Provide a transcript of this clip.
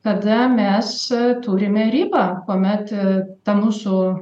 kada mes turime ribą kuomet ta mūsų